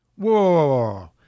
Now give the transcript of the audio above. Whoa